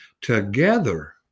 together